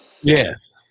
Yes